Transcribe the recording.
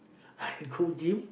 I go gym